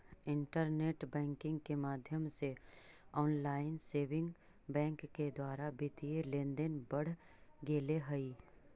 internet banking के माध्यम से ऑनलाइन सेविंग बैंक के द्वारा वित्तीय लेनदेन बढ़ गेले हइ